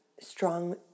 Strong